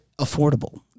affordable